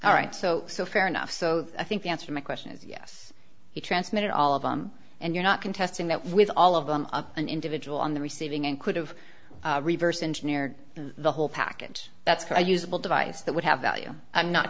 all right so so fair enough so i think the answer my question is yes he transmitted all of them and you're not contesting that with all of them an individual on the receiving end could have reverse engineered the whole package that's for a usable device that would have value i'm not